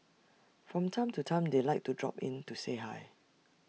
from time to time they like to drop in to say hi